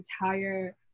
entire